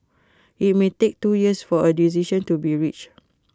IT may take two years for A decision to be reached